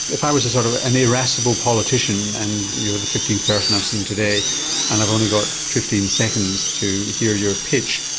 if i was a sort of and irascible politician and you were the fifteenth person i've seen today and i've only got fifteen seconds to hear your pitch,